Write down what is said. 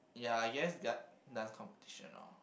ya I guess gut dance competition orh